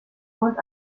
und